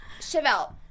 Chevelle